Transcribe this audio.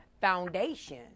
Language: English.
foundation